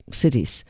cities